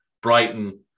Brighton